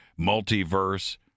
multiverse